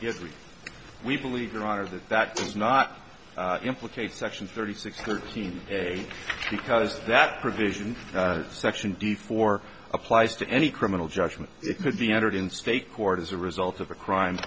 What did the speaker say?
yesterday we believe your honor that that is not implicate section thirty six thirteen a because that provision of section d four applies to any criminal judgment it could be entered in state court as a result of a crime